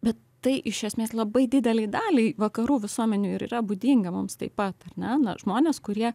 bet tai iš esmės labai didelei daliai vakarų visuomenių ir yra būdinga mums taip pat ar ne na žmonės kurie